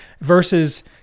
Versus